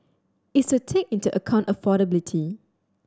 is to take into account affordability